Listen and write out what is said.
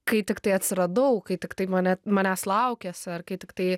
kai tiktai atsiradau kai tiktai mane manęs laukėsi ar kai tiktai